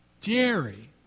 Jerry